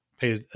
pay –